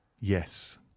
Yes